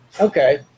okay